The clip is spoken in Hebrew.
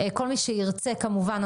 כל מי שירצה כמובן,